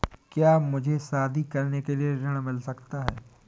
क्या मुझे शादी करने के लिए ऋण मिल सकता है?